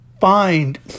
find